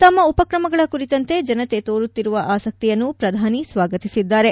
ತಮ್ಮ ಉಪಕ್ರಮಗಳ ಕುರಿತಂತೆ ಜನತೆ ತೋರುತ್ತಿರುವ ಆಸಕ್ತಿಯನ್ನು ಪ್ರಧಾನಿ ಸ್ವಾಗತಿಸಿದ್ದಾರೆ